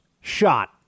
shot